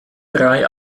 drei